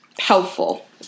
helpful